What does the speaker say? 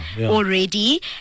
already